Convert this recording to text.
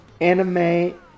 anime